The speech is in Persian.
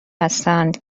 هستند